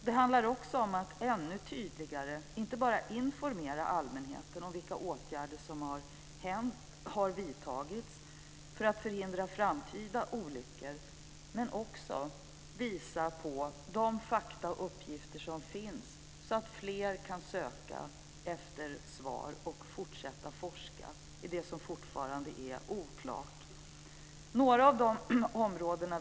Det handlar också om att ännu tydligare inte bara informera allmänheten om vilka åtgärder som har vidtagits för att förhindra framtida olyckor, men också visa på de fakta och uppgifter som finns så att fler kan söka efter svar och fortsätta att forska i det som fortfarande är oklart. Jag vill nämna några av de områdena.